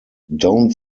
don’t